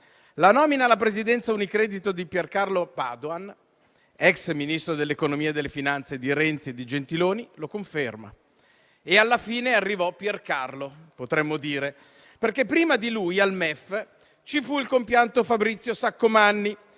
La nomina alla presidenza Unicredit di Pier Carlo Padoan, ex Ministro dell'economia e delle finanze di Renzi e Gentiloni, lo conferma. E alla fine arrivò Pier Carlo - potremmo dire - perché prima di lui al MEF ci fu il compianto Fabrizio Saccomanni,